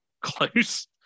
Close